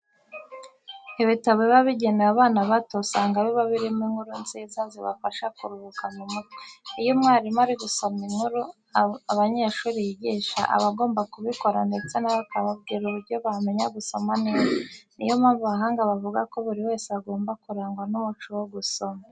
Ibitabo biba bigenewe abana bato usanga biba birimo inkuru nziza zibafasha kuruhuka mu mutwe. Iyo umwarimu ari gusomera inkuru abanyeshuri yigisha, aba agomba kubikora ndetse na bo ababwira uburyo bamenya gusoma neza. Niyo mpamvu abahanga bavuga ko buri wese agomba kurangwa n'umuco wo gusoma.